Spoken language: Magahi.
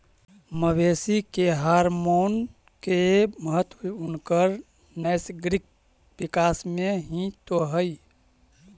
मवेशी के हॉरमोन के महत्त्व उनकर नैसर्गिक विकास में हीं तो हई